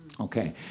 Okay